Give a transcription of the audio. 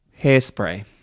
Hairspray